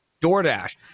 DoorDash